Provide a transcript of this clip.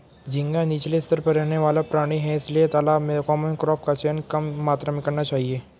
झींगा नीचले स्तर पर रहने वाला प्राणी है इसलिए तालाब में कॉमन क्रॉप का चयन कम मात्रा में करना चाहिए